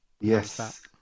Yes